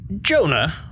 Jonah